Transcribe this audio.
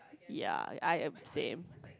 ya I uh same